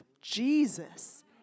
Jesus